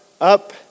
up